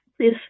Please